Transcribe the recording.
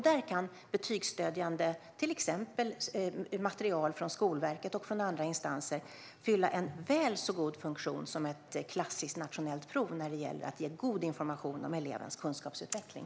Där kan till exempel betygsstödjande material från Skolverket och från andra instanser fylla en väl så god funktion som ett klassiskt nationellt prov när det gäller att ge god information om elevens kunskapsutveckling.